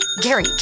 Gary